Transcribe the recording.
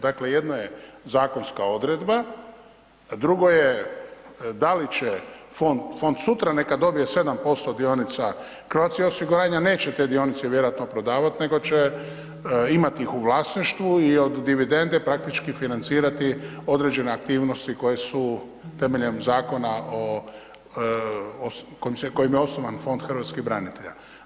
Dakle, jedno je zakonska odredba, a drugo je da li će fond, fond sutra neka dobije 7% dionica Croatia osiguranja neće te dionice vjerojatno prodavat nego će imat ih u vlasništvu i od dividende praktički financirati određene aktivnosti koje su temeljem zakona o, kojim je osnovan Fond hrvatskih branitelja.